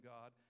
God